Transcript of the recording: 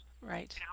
Right